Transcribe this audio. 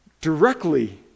directly